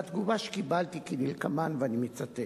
והתגובה שקיבלתי היא כדלקמן, אני מצטט: